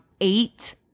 eight